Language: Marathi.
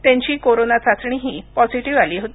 त्यांची कोरोना चाचणीही पॉझिटिव्ह आली होती